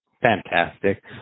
Fantastic